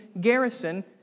garrison